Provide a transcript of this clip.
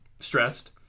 stressed